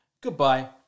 Goodbye